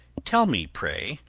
tell me, pray,